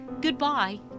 Goodbye